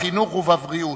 בחינוך ובבריאות.